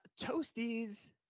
Toasties